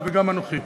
וגם אנוכי